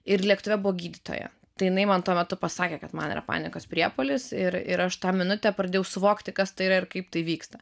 ir lėktuve buvo gydytoja tai jinai man tuo metu pasakė kad man yra panikos priepuolis ir ir aš tą minutę pradėjau suvokti kas tai yra ir kaip tai vyksta